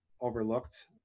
overlooked